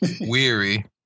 weary